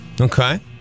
Okay